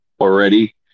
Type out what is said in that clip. already